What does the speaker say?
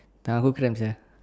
tangan aku cramp sia